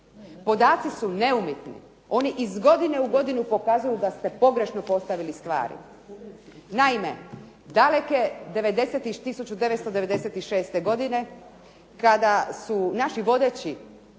Podaci su neumitni, oni iz godine u godinu pokazuju da ste pogrešno postavili stvari. Naime, daleke 1996. godine kada su naši vodeći